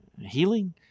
healing